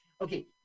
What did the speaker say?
Okay